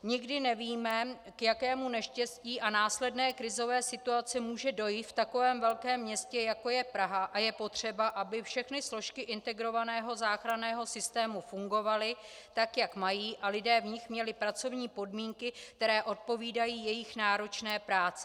Nikdy nevíme, k jakému neštěstí a následné krizové situaci může dojít v takovém velkém městě, jako je Praha, a je potřeba, aby všechny složky integrovaného záchranného systému fungovaly, tak jak mají, a lidé v nich měli pracovní podmínky, které odpovídají jejich náročné práci.